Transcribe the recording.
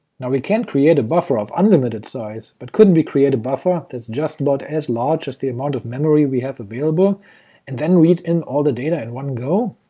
now we can't create a buffer of unlimited size, but couldn't we create a buffer that's just about as large as the amount of memory we have available and then read in all the data in one go?